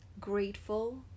grateful